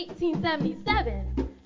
1877